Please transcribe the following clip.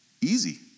easy